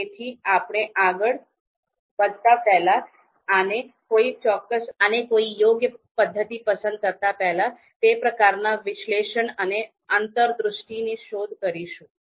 તેથી આપણે આગળ વધતા પહેલા અને કોઈ ચોક્કસ અને યોગ્ય પદ્ધતિ પસંદ કરતા પહેલા તે પ્રકારના વિશ્લેષણ અને આંતરદૃષ્ટિની શોધ કરીશું